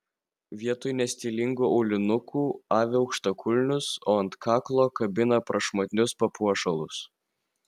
vietoj nestilingų aulinukų avi aukštakulnius o ant kaklo kabina prašmatnius papuošalus